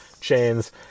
chains